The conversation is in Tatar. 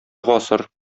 гасыр